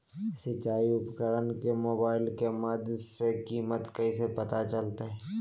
सिंचाई उपकरण के मोबाइल के माध्यम से कीमत कैसे पता चलतय?